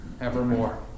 evermore